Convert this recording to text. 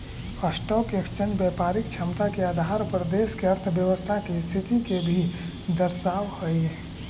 stock exchange व्यापारिक क्षमता के आधार पर देश के अर्थव्यवस्था के स्थिति के भी दर्शावऽ हई